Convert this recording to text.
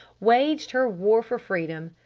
waged her war for freedom!